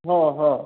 हो हो